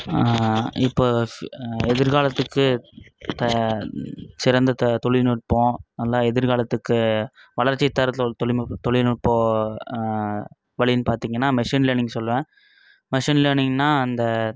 இப்போ ஸ் எதிர்காலத்துக்கு இப்போ சிறந்த த தொழில்நுட்பம் நல்லா எதிர்காலத்துக்கு வளர்ச்சியை தர தொல் தொழில் முப்பு தொழில்நுட்பம் வழின்னு பார்த்தீங்கன்னா மெஷின் லேர்னிங் சொல்லுவேன் மெஷின் லேர்னிங்னால் அந்த